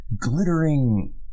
glittering